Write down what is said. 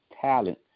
talent